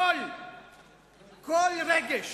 כל רגש